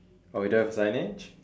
oh you don't have a signage